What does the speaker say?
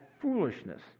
foolishness